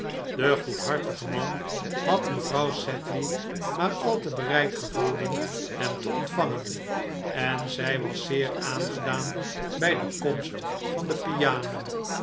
de goedhartige man had mevrouw sedley maar al te bereid gevonden hem te ontvangen en zij was zeer aangedaan bij de komst van de piano